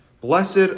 Blessed